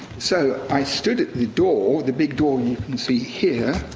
so i stood at the door, the big door you can see here,